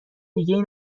دیگهای